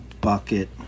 bucket